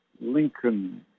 Lincoln